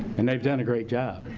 and they've done a great job.